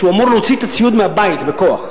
שאמור להוציא את הציוד מהבית בכוח.